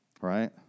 right